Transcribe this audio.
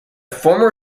former